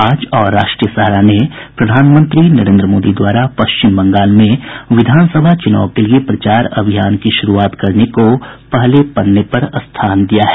आज और राष्ट्रीय सहारा ने प्रधानमंत्री नरेन्द्र मोदी द्वारा पश्चिम बंगाल में विधान सभा चुनाव के लिए प्रचार अभियान की शुरूआत करने को पहले पन्ने पर स्थान दिया है